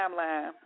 timeline